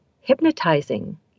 hypnotizing